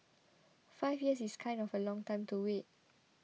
five years is kind of a long time to wait